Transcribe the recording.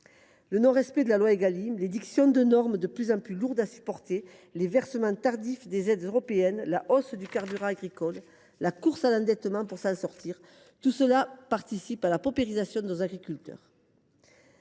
Le non respect de la loi Égalim, l’édiction de normes de plus en plus lourdes à supporter, le versement tardif des aides européennes, la hausse du prix du carburant agricole, la course à l’endettement pour s’en sortir, tout cela participe à la paupérisation de nos agriculteurs.